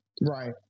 Right